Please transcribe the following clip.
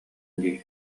дии